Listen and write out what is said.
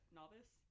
novice